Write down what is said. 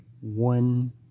one